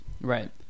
Right